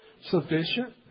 sufficient